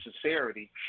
sincerity